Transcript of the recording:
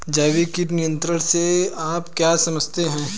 जैविक कीट नियंत्रण से आप क्या समझते हैं?